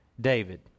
David